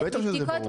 בטח שזה ברור.